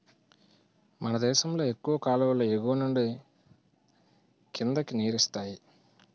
మనదేశంలో ఎక్కువ కాలువలు ఎగువనుండి కిందకి నీరిస్తాయి